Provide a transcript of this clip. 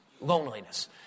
loneliness